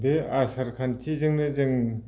बे आसार खान्थिजोंनो जों